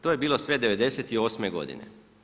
To je bilo sve '98. godine.